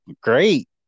great